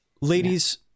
Ladies